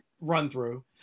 run-through